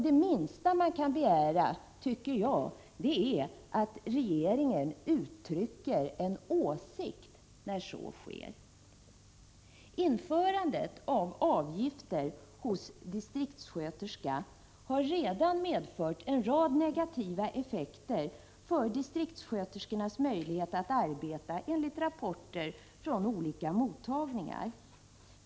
Det minsta man kan begära, tycker jag, är att regeringen uttrycker en åsikt när så sker. Införandet av avgifter hos distriktssköterska har enligt rapporter från olika mottagningar redan medfört en rad negativa effekter för distriktssköterskornas möjlighet att arbeta.